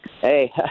Hey